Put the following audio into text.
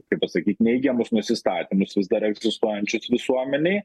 kaip pasakyt neigiamus nusistatymus vis dar egzistuojančius visuomenėj